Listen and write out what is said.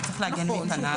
שצריך להגן מפניו.